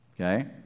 Okay